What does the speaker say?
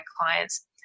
clients